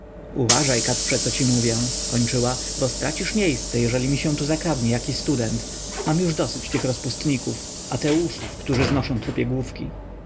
uważaj kacprze co ci mówię kończyła bo stracisz miejsce jeżeli mi tu zakradnie się jaki student mam już dosyć tych rozpustników ateuszów którzy znoszą trupie główki